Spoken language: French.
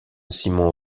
simon